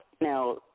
now